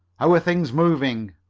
how are things moving?